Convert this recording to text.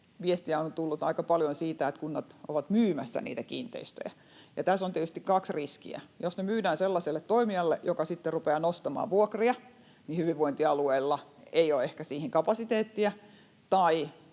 viestiä on tullut aika paljon siitä, että kunnat ovat myymässä niitä kiinteistöjä. Ja tässä on tietysti kaksi riskiä: jos ne myydään sellaiselle toimijalle, joka sitten rupeaa nostamaan vuokria, niin hyvinvointialueella ei ole ehkä siihen kapasiteettia,